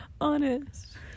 Honest